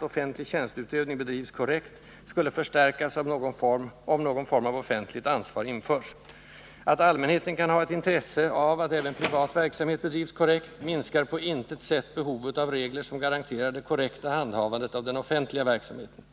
offentlig tjänsteutövning bedrivs korrekt skulle förstärkas om någon form av offentligt ansvar införs. Att allmänheten kan ha ett intresse av att även privat verksamhet bedrivs korrekt minskar på intet sätt behovet av regler som garanterar det korrekta handhavandet av den offentliga verksamHeten.